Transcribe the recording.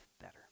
better